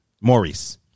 Maurice